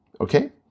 Okay